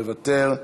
מוותר,